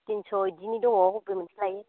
थिनस' इदिनि दङ अबे मोनसे लायो